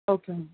okay ma'am